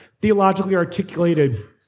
theologically-articulated